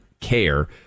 care